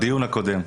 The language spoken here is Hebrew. בדיון הקודם.